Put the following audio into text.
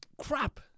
crap